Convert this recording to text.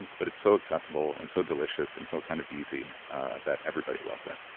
but, it's so accessible, and so delicious, and so kind of easy that everybody loves it.